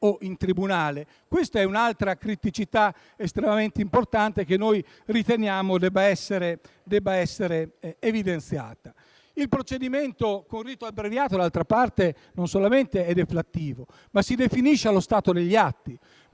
o in tribunale. Si tratta di un'altra criticità estremamente importante, che riteniamo debba essere evidenziata. Il procedimento con rito abbreviato, d'altra parte, non solamente è deflattivo, ma si definisce allo stato degli atti.